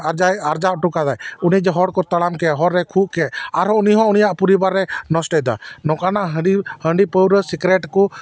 ᱟᱨᱡᱟᱭ ᱟᱨᱡᱟᱣ ᱚᱴᱚ ᱟᱠᱟᱫᱟᱭ ᱩᱱᱤ ᱡᱮ ᱦᱚᱲ ᱠᱚ ᱛᱟᱲᱟᱢ ᱠᱮᱫᱟ ᱦᱚᱨ ᱨᱮ ᱠᱷᱩᱜ ᱠᱮᱫᱟᱭ ᱟᱨᱦᱚᱸ ᱩᱱᱤ ᱦᱚᱸ ᱩᱱᱤᱭᱟᱜ ᱯᱚᱨᱤᱵᱟᱨ ᱨᱮ ᱱᱚᱥᱴᱚᱭᱮᱫᱟ ᱱᱚᱝᱠᱟᱱᱟᱜ ᱦᱟᱺᱰᱤ ᱦᱟᱺᱰᱤᱼᱯᱟᱹᱣᱨᱟᱹ ᱥᱤᱜᱟᱨᱮᱴ ᱠᱚ